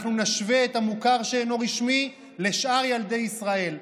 אנחנו נשווה את המוכר שאינו רשמי לשאר ילדי ישראל.